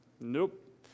nope